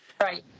Right